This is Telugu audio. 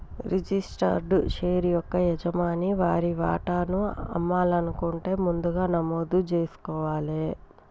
రిజిస్టర్డ్ షేర్ యొక్క యజమాని వారి వాటాను అమ్మాలనుకుంటే ముందుగా నమోదు జేసుకోవాలే